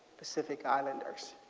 pacific islander,